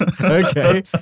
Okay